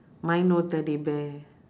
mine no teddy bear